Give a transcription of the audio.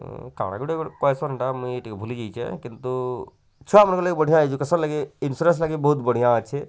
କାଣା ଗୋଟେ କଇସନ୍ ଟା ମୁଇଁ ଟିକେ ଭୁଲିଯାଇଛେ କିନ୍ତୁ ଛୁଆମାନଙ୍କର ଲାଗି ବଢ଼ିଆ ହେଇଚେ ଇନସ୍ୟୁରାନ୍ସ ଲାଗି ବହୁତ ବଢ଼ିଆ ଅଛେ